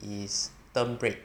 is term break